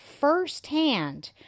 firsthand